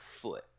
foot